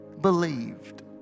believed